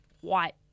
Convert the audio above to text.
white